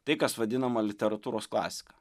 tai kas vadinama literatūros klasika